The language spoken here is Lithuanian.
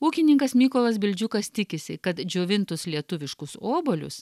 ūkininkas mykolas bildžiukas tikisi kad džiovintus lietuviškus obuolius